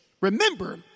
Remember